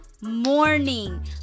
morning